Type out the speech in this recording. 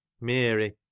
Mary